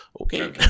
Okay